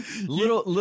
little